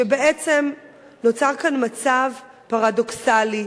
כי בעצם נוצר כאן מצב פרדוקסלי.